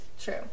true